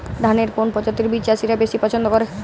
ধানের কোন প্রজাতির বীজ চাষীরা বেশি পচ্ছন্দ করে?